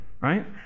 Right